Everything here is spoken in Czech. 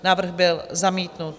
Návrh byl zamítnut.